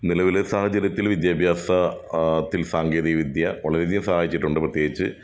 നിലവിലെ സാഹചര്യത്തിൽ വിദ്യാഭ്യാസ ത്തിൽ സാങ്കേതിക വിദ്യ വളരെയധികം സഹായിച്ചിട്ടുണ്ട് പ്രത്യേകിച്ച്